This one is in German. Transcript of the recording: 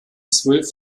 zwölf